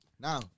Now